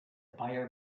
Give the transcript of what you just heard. buyer